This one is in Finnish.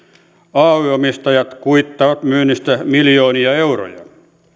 ay omistajat kuittaavat myynnistä miljoonia euroja